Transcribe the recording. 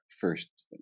first